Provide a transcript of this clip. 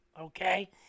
Okay